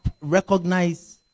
Recognize